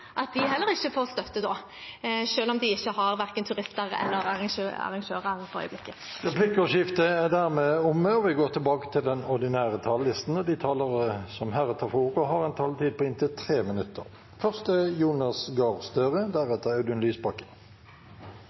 at de heller ikke får støtte, selv om de verken har turister eller arrangører for øyeblikket. Replikkordskiftet er omme. De talere som heretter får ordet, har en taletid på inntil 3 minutter. Finansministeren sa at vi må forberede oss på at det kan gå bedre, og det er